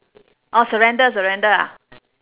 orh surrender surrender ah